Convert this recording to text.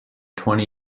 twenty